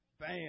bam